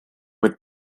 mit